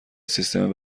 سیستم